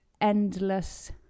endless